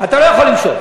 אתה לא יכול למשוך.